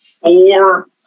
Four